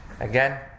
Again